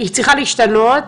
צריכה להשתנות.